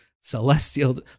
Celestial